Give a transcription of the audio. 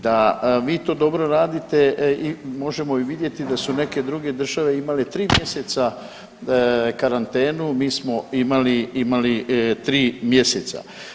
Da vi to dobro radite možemo i vidjeti da su neke druge države imale 3 mjeseca karantenu, mi smo imali, imali 3 mjeseca.